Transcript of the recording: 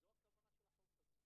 אז אם אנחנו אומרים: כל עגורנאי הצריח,